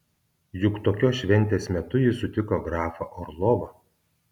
juk tokios šventės metu ji sutiko grafą orlovą